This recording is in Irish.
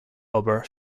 obair